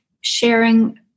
sharing